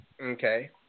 Okay